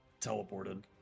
teleported